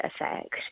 effect